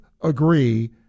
agree